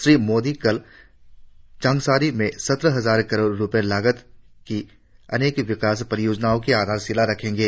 श्री मोदी कल चांगसारी में सत्रह हजार करोड़ रुपये लागत की अनेक विकास परियोजनाओं की आधारशिला रखेंगे